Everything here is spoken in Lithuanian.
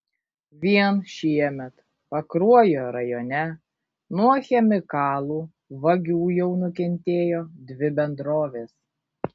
vien šiemet pakruojo rajone nuo chemikalų vagių jau nukentėjo dvi bendrovės